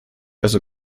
also